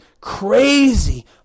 crazy